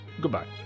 goodbye